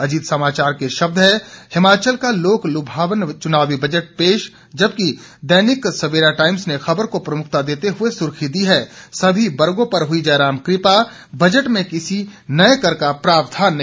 अजीत समाचार के शब्द हैं हिमाचल का लोक लुभावन चुनावी बजट पेश जबकि दैनिक सवेरा टाईम्स ने खबर को प्रमुखता देते हुए सुर्खी दी है सभी वर्गों पर हुई जयराम कृपा बजट में किसी नए कर का प्रावधान नहीं